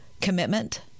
commitment